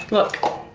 look.